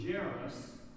Jairus